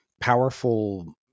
powerful